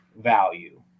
value